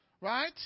right